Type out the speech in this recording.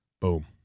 Boom